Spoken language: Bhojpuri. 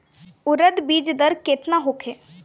उरद बीज दर केतना होखे?